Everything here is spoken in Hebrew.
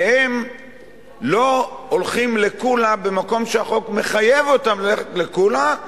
והם לא הולכים לקולא במקום שהחוק מחייב אותם ללכת לקולא,